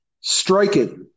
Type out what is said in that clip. striking